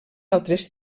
altres